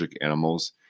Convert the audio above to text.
animals